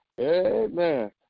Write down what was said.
amen